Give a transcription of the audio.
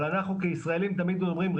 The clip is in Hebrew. אבל אנחנו כישראלים תמיד אומרים,